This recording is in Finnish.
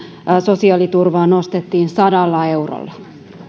sosiaaliturvaa nostettiin sadalla eurolla